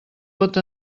pot